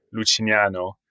Lucignano